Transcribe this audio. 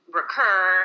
recur